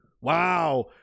Wow